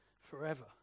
forever